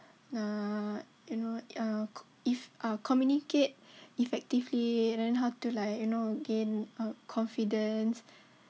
nak you know err if err communicate effectively and how to like you know gain uh confidence